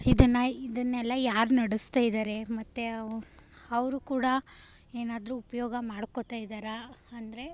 ಇದನ್ನು ಇದನ್ನೆಲ್ಲ ಯಾರು ನಡೆಸ್ತಾಯಿದ್ದಾರೆ ಮತ್ತು ಅವ್ರೂ ಕೂಡ ಏನಾದ್ರೂ ಉಪಯೋಗ ಮಾಡ್ಕೊಳ್ತಾಯಿದ್ದಾರಾ ಅಂದರೆ